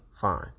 fine